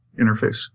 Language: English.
interface